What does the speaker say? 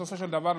בסופו של דבר,